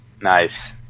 Nice